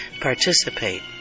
participate